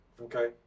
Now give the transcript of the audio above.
Okay